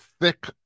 thick